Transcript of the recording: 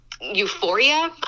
euphoria